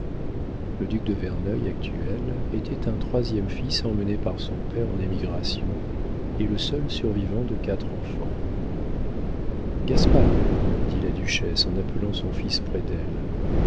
le duc de verneuil actuel était un troisième fils emmené par son père en émigration et le seul survivant de quatre enfants gaspard dit la duchesse en appelant son fils près d'elle